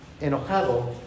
enojado